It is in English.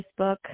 Facebook